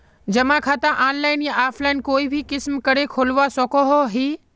जमा खाता ऑनलाइन या ऑफलाइन कोई भी किसम करे खोलवा सकोहो ही?